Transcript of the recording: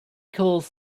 calls